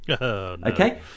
Okay